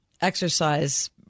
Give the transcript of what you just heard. exercise